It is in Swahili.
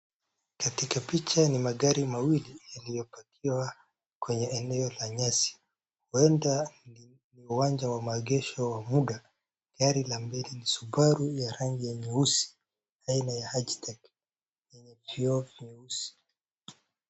Katika picha ni magari mawili yaliyopakiwa kwenye eneo la nyasi, huenda ni uwanja wa maegesho wa mbuga, gari ya mbele ni Subaru ya rangi ya nyeusi aina ya high tech , yenye kioo nyeusi.